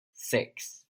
six